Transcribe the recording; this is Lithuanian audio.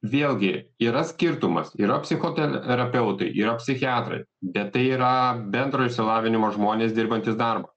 vėlgi yra skirtumas yra psichoterapeutai yra psichiatrai bet tai yra bendro išsilavinimo žmonės dirbantys darbą